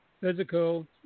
physical